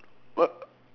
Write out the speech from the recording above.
what